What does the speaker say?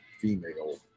female